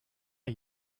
are